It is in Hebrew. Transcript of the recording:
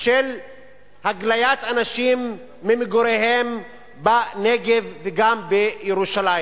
של הגליית אנשים ממגוריהם בנגב וגם בירושלים.